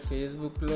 Facebook